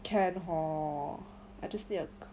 can hor I just need a